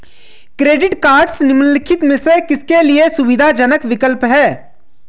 Credit cards निम्नलिखित में से किसके लिए सुविधाजनक विकल्प हैं?